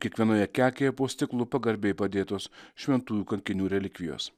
kiekvienoje kekėje po stiklu pagarbiai padėtos šventųjų kankinių relikvijos